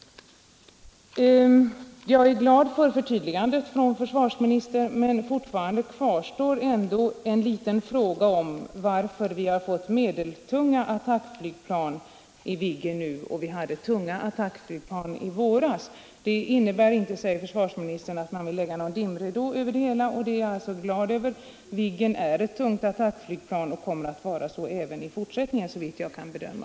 Jag är glad för förtydligandet från försvarsministern, men fortfarande kvarstår en liten fråga: Varför har vi fått definitionen medeltunga attackplan om systemet Viggen nu, när vi hade tunga attackflygplan i våras? Det innebär inte, sade försvarsministern, att man vill lägga någon dimridå över det hela, och det är jag glad över. Viggen är ett tungt attackflygplan och kommer att vara så även i fortsättningen, såvitt jag kan bedöma.